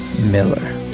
Miller